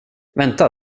vänta